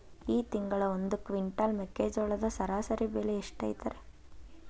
ಈ ತಿಂಗಳ ಒಂದು ಕ್ವಿಂಟಾಲ್ ಮೆಕ್ಕೆಜೋಳದ ಸರಾಸರಿ ಬೆಲೆ ಎಷ್ಟು ಐತರೇ?